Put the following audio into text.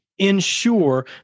ensure